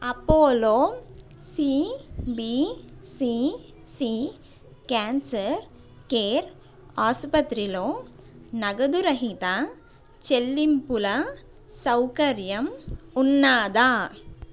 Apollo CBCC cancer care ఆసుపత్రిలో నగదురహిత చెల్లింపుల సౌకర్యం ఉన్నదా